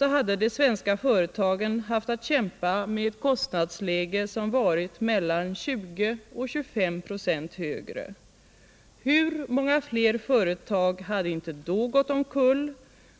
hade de svenska företagen haft att kämpa med ett kostnadsläge som varit mellan 20 och 25 96 högre än det nuvarande. Hur många fler företag hade inte då gått omkull